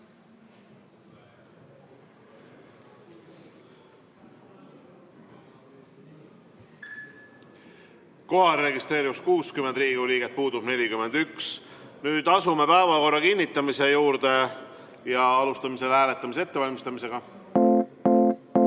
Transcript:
registreerus 60 Riigikogu liiget, puudub 41. Nüüd asume päevakorra kinnitamise juurde, alustame selle hääletamise ettevalmistamist.